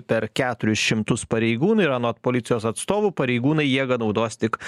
per keturis šimtus pareigūnų ir anot policijos atstovų pareigūnai jėgą naudos tik